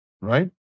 right